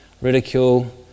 ridicule